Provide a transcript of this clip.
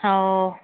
ꯑꯥꯎ